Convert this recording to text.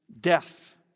death